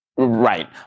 Right